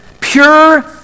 pure